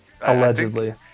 Allegedly